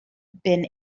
been